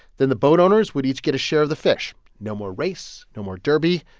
then the boat owners would each get a share of the fish no more race, no more derby.